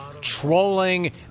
trolling